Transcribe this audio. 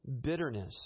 bitterness